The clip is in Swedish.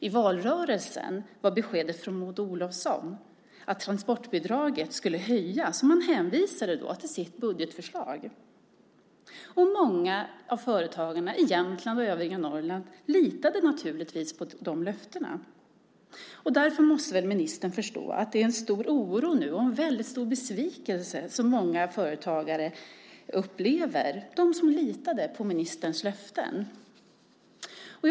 I valrörelsen var beskedet från Maud Olofsson att transportbidraget skulle höjas, och man hänvisade då till sitt budgetförslag. Många av företagarna i Jämtland och övriga Norrland litade naturligtvis på de löftena. Därför måste väl ministern förstå att många företagare, de som litade på ministerns löften, upplever en stor oro nu och en väldigt stor besvikelse.